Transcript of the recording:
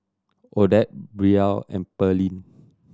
Odette Brielle and Pearline